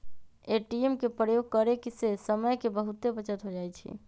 ATM के प्रयोग करे से समय के बहुते बचत हो जाइ छइ